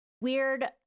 weird